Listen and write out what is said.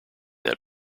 that